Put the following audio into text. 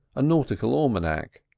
a nautical almanac,